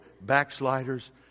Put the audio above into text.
backsliders